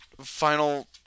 final